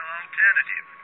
alternative